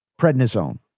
prednisone